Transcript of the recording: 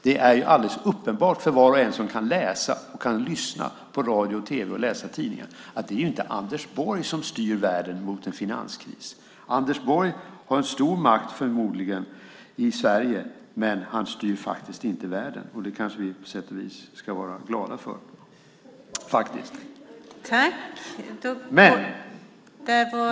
Det är alldeles uppenbart för var och en som kan lyssna på radio och tv och läsa tidningar att det inte är Anders Borg som styr världen mot en finanskris. Anders Borg har förmodligen stor makt i Sverige, men han styr faktiskt inte världen. Det kanske vi på sätt och vis ska vara glada för.